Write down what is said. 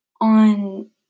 on